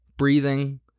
Breathing